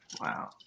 Wow